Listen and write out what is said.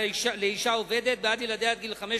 לאשה עובדת בעד ילדיה עד גיל חמש,